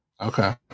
Okay